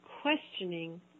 questioning